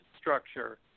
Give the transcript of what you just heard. structure